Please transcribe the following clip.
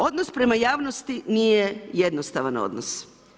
Odnos prema javnosti nije jednostavan odnos.